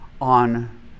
on